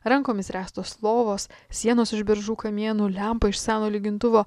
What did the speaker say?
rankomis ręstos lovos sienos iš beržų kamienų lempa iš seno lygintuvo